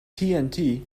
tnt